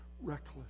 reckless